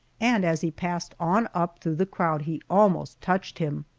and as he passed on up through the crowd he almost touched him.